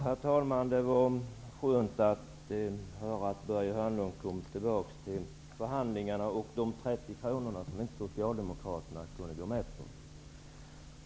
Herr talman! Det var skönt att höra att Börje 30 kronor som Socialdemokraterna inte kunde gå med på.